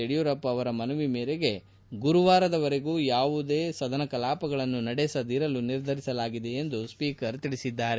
ಯಡಿಯೂರಪ್ಪ ಅವರ ಮನವಿ ಮೇರೆಗೆ ಗುರುವಾರದವರೆಗೂ ಯಾವುದೇ ಸದನ ಕಲಾಪಗಳನ್ನು ನಡೆಸದಿರಲು ನಿರ್ಧರಿಸಲಾಗಿದೆ ಎಂದು ಸ್ವೀಕರ್ ತಿಳಿಸಿದರು